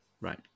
Right